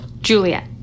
Juliet